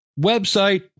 website